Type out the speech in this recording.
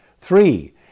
Three